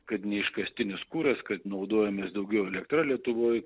kad neiškastinis kuras kad naudojomės daugiau elektra lietuvoj